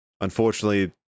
Unfortunately